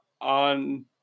on